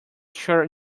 sure